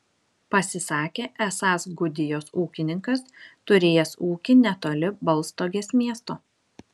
pasisakė esąs gudijos ūkininkas turėjęs ūkį netoli baltstogės miesto